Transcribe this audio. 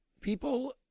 people